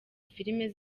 film